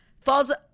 Falls